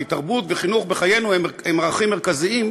כי תרבות וחינוך בחיינו הם ערכים מרכזיים.